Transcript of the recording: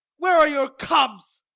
where are your cubs?